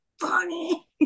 funny